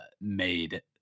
made